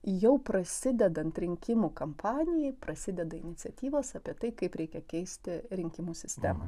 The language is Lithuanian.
jau prasidedant rinkimų kampanijai prasideda iniciatyvos apie tai kaip reikia keisti rinkimų sistemą